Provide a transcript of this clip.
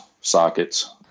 sockets